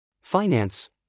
Finance